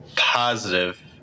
positive